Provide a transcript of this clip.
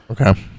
Okay